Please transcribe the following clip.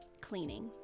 cleaning